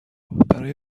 برای